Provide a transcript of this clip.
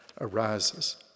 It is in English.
arises